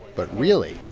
but, really.